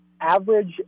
average